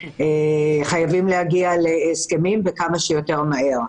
חייבים להגיע להסכמים וכמה שיותר מהר.